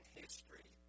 history